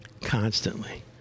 Constantly